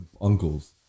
uncles